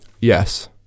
Yes